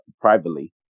privately